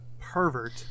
pervert